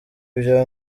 ibya